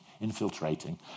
infiltrating